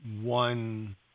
one